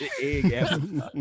egg